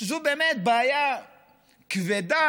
וזו באמת בעיה כבדה,